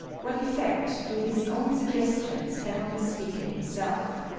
what effect do his own suggestions have on the speaker himself?